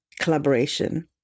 Collaboration